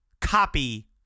copy